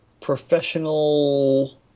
professional